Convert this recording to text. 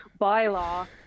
bylaw